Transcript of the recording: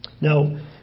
Now